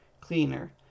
cleaner